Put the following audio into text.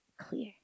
clear